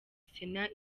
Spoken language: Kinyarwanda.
sena